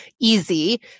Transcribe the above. easy